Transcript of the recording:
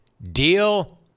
Deal